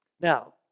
Now